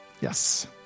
Yes